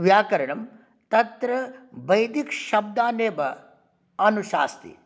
व्याकरणं तत्र वैदिकशब्दान् एव अनुशास्ति